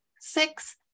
six